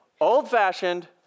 old-fashioned